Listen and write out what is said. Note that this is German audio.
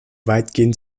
weitgehend